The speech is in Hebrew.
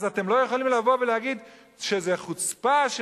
אבל אתם לא יכולים לבוא ולהגיד שזה חוצפה של